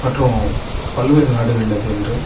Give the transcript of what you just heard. மற்றும் பல்வேறு நாடுகளில் சென்று